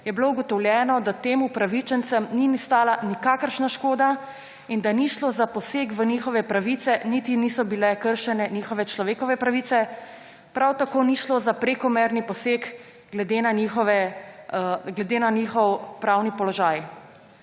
je bilo ugotovljeno, da tem upravičencem ni nastala nikakršna škoda in da ni šlo za poseg v njihove pravice, niti niso bile kršene njihove človekove pravice, prav tako ni šlo za prekomerni poseg glede na njihov pravni položaj.